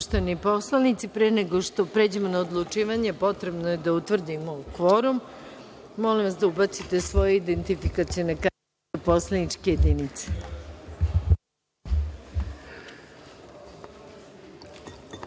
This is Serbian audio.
Poštovani poslanici, pre nego što pređemo na odlučivanje, potrebno je da utvrdimo kvorum. Molimo vas da ubacite svoje identifikacione kartice u poslaničke jedinice. Konstatujem